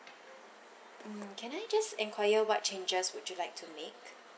mm can I just enquire what changes would you like to make